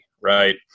Right